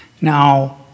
Now